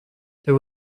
there